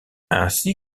ainsi